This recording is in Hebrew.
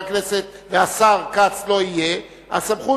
והשר כץ לא יהיה הסמכות,